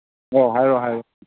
ꯑꯣ ꯍꯥꯏꯌꯨ ꯍꯥꯏꯌꯨ